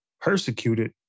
Persecuted